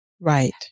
Right